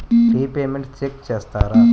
Repayments check చేస్తారా?